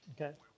Okay